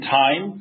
time